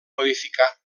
modificat